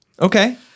Okay